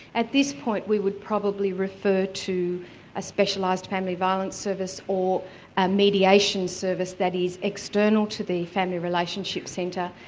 at this point we would probably refer to a specialised family violence service, or a mediation service that is external to the family relationship centre,